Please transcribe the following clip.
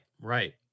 right